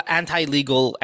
anti-legal